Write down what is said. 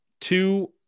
two